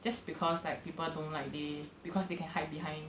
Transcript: just because like people don't like they because they can hide behind